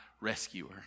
rescuer